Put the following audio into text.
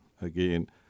Again